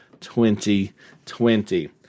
2020